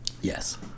Yes